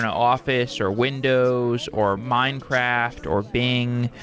and office, or windows, or minecraft, or bing?